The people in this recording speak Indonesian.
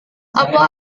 apa